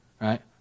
right